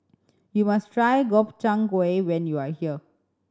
you must try Gobchang Gui when you are here